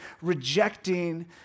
rejecting